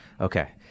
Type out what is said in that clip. Okay